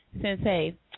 Sensei